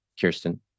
Kirsten